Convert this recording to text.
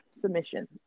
submission